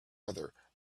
other